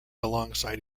alongside